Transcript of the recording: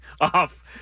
off